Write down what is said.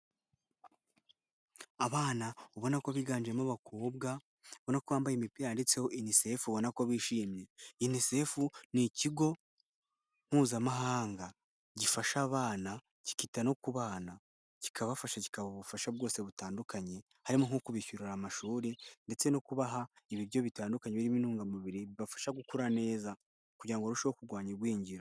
Abana ubona ko biganjemo abakobwa, ubona ko bambaye imipira yanditseho UNICEF, ubona ko bishimye, UNICEF ni ikigo Mpuzamahanga, gifasha abana, kikita no kubana kikabafasha kikabaha ubufasha bwose butandukanye, harimo nko kubishyurira amashuri ndetse no kubaha ibiryo bitandukanye, birimo intungamubiri bibafasha gukura neza kugira ngo barusheho kurwanya igwingira.